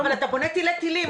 אבל אתה בונה תילי תילים.